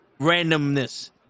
randomness